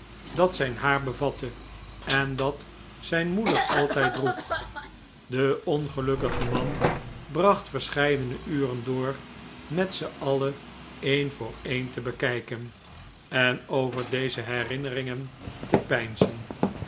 dat zijn haar bevatte en dat zijn moeder altijd droeg de ongelukkige man bracht verscheidene uren door met ze alle een voor een te bekijken en over deze herinneringen te